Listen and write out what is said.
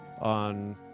on